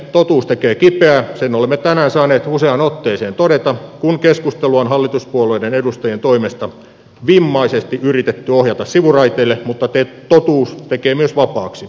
totuus tekee kipeää linnuille tänään saaneet useaan otteeseen todeta kun keskustelu on hallituspuolueiden edustajien toimesta vimmaisesti yritetty ohjata sivuraiteille otettavuus tekee myös vapaaksi